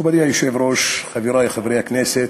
מכובדי היושב-ראש, חברי חברי הכנסת,